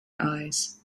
eyes